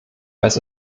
als